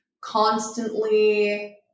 constantly